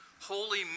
Holy